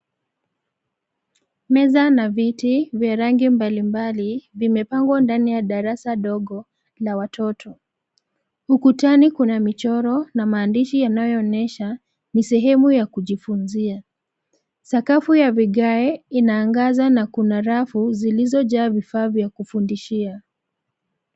Meza na viti vya rangi mbalimbali vimepangwa ndani ya darasa dogo la watoto. Ukutani kuna michoro na maandishi yanayoonyesha ni sehemu ya kujifunzia. Sakafu ya vigae inaangaza na kuna rafu zilizojaa vifaa vya kufundishia.